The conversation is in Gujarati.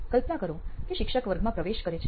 કલ્પના કરો કે શિક્ષક વર્ગમાં પ્રવેશ કરે છે